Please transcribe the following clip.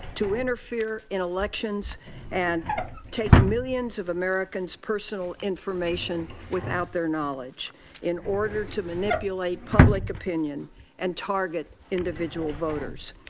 to interfere in elections and take millions of americans personal information without their knowledge in order to manipulate public opinion and target individual voters.